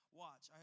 watch